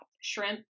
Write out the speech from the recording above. Shrimp